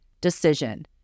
decision